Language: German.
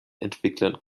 entwicklern